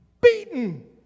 beaten